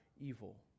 evil